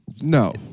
No